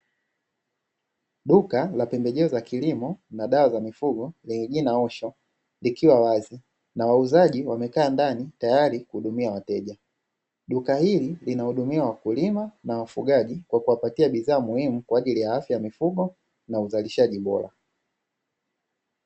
Duka la pembejeo za kilimo na dawa za mifugo lenye jina "osho" , likiwa wazi na wauza wamekaa ndani tayari kuhudumia wateja. Duka hili linawahudumia wafugaji kwa kuwapatia bidhaa muhimu kwa ajili ya afya ya mifugo na uzalishaji bora.